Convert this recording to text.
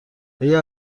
آیا